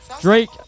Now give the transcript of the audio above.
Drake